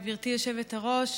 גברתי היושבת-ראש.